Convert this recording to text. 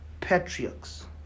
patriarchs